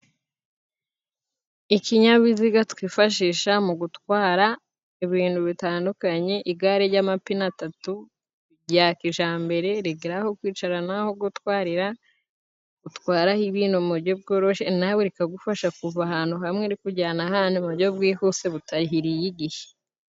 Ikinyabiziga twifashisha mu gutwara ibintu bitandukanye. Igare ry'amapine atatu rya kijambere, rigira aho kwicara n'aho gutwarira utwaraho ibintu mu buryo bworoshye nawe rikagufasha kuva ahantu hamwe rikujyana ahandi, mu buryo bwihuse butariye igihe.